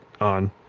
on